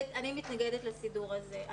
אני מתנגדת לסידור הזה.